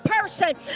person